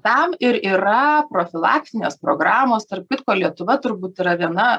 tam ir yra profilaktinės programos tarp kitko lietuva turbūt yra viena